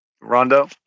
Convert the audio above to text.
Rondo